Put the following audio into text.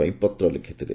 ପାଇଁ ପତ୍ର ଲେଖିଥିଲେ